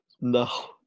No